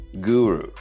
guru